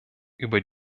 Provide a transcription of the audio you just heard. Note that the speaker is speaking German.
über